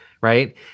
right